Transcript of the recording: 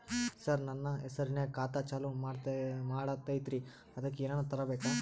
ಸರ, ನನ್ನ ಹೆಸರ್ನಾಗ ಖಾತಾ ಚಾಲು ಮಾಡದೈತ್ರೀ ಅದಕ ಏನನ ತರಬೇಕ?